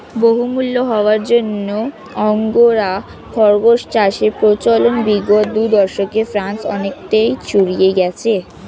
বহুমূল্য হওয়ার জন্য আঙ্গোরা খরগোশ চাষের প্রচলন বিগত দু দশকে ফ্রান্সে অনেকটা ছড়িয়ে গিয়েছে